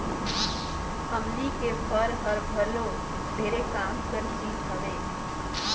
अमली के फर हर घलो ढेरे काम कर चीज हवे